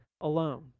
alone